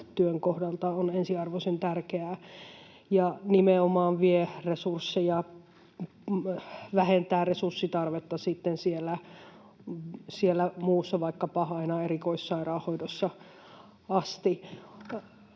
kohdalla, on ensiarvoisen tärkeää ja nimenomaan vähentää resurssitarvetta sitten siellä muussa, vaikkapa aina erikoissairaanhoidossa asti.